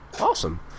Awesome